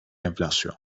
enflasyon